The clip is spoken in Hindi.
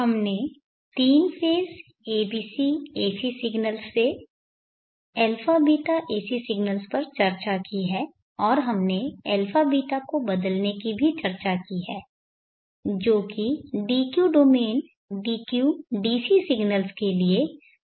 हमने तीन फेज़ abc AC सिग्नल्स से αβ AC सिग्नल्स पर चर्चा की है और हमने αβ को बदलने की भी चर्चा की है जो कि dq domain dq DC signals के लिए दो फेज़ AC सिग्नल्स हैं